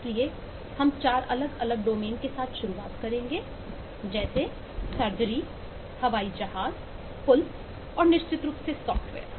इसलिए हम 4 अलग अलग डोमेन के साथ शुरुआत करेंगे सर्जरी हवाई जहाज़ पुल और निश्चित रूप से सॉफ्टवेयर